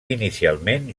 inicialment